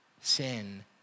Sin